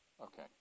Okay